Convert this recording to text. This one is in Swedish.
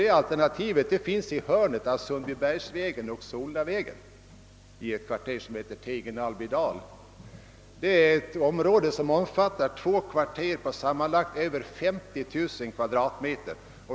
Det alternativ jag tänker på ligger i hörnet av Sundbybergsvägen—Solnavägen i ett kvarter som heter Tegen-Albydal. Det området omfattar två kvarter på sammanlagt över 50 000 kvadratmeter.